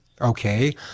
Okay